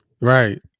right